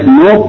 no